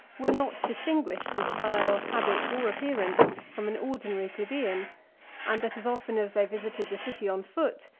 were not distinguished in style, habit, or appearance, from an ordinary plebeian and that as often as they visited the city on foot,